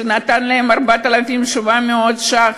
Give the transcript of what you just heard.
שנתן להם 4,700 ש"ח.